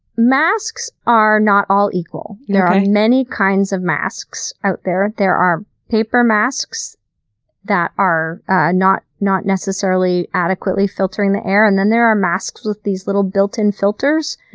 masks are not all equal. there are many kinds of masks out there there are paper masks that are ah not not necessarily adequately filtering the air. and then there are masks with these little built-in filters.